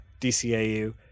DCAU